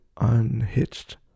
unhitched